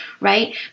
right